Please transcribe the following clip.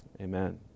Amen